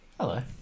Hello